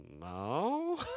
no